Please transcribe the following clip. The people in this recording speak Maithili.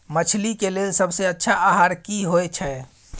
मछली के लेल सबसे अच्छा आहार की होय छै?